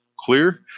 clear